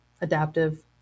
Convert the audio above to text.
adaptive